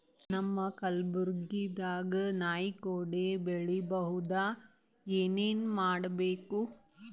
ನಮ್ಮ ಕಲಬುರ್ಗಿ ದಾಗ ನಾಯಿ ಕೊಡೆ ಬೆಳಿ ಬಹುದಾ, ಏನ ಏನ್ ಮಾಡಬೇಕು?